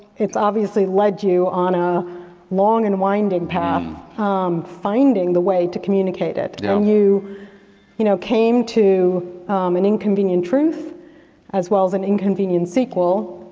it's obviously led you on a long and winding path um finding a way to communicate it. yeah um you you know came to an inconvenient truth as well as an inconvenient sequel,